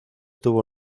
tuvo